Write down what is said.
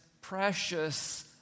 precious